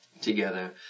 together